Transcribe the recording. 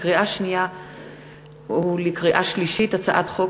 לקריאה ראשונה: הצעת חוק